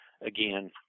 again